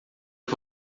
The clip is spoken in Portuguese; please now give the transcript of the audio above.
que